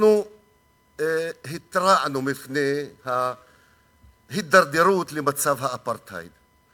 אנחנו התרענו מפני ההידרדרות למצב של אפרטהייד.